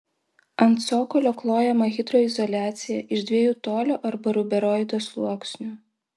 ant cokolio klojama hidroizoliacija iš dviejų tolio arba ruberoido sluoksnių